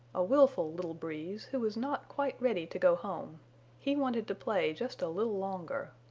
a willful little breeze, who was not quite ready to go home he wanted to play just a little longer.